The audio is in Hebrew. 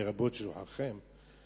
לרבות שולחיכם,